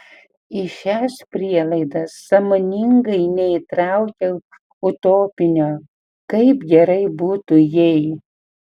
į šias prielaidas sąmoningai neįtraukiau utopinio kaip gerai būtų jei